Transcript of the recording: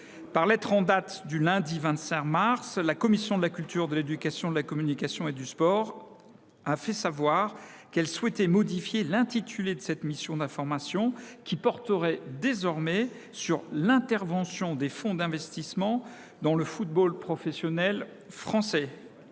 Par lettre en date du lundi 25 mars dernier, la commission de la culture, de l’éducation, de la communication et du sport a fait savoir qu’elle souhaitait modifier l’intitulé de cette mission d’information, qui porterait désormais sur l’intervention des fonds d’investissement dans le football professionnel français.